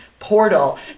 Portal